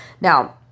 Now